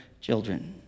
children